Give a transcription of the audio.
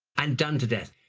and done to death.